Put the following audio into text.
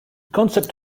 concept